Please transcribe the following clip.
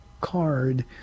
card